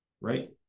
Right